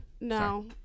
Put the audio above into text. No